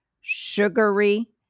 sugary